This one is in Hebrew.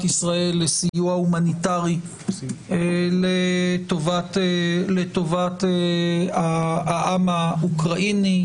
ישראל לסיוע הומניטרי לטובת העם האוקראיני.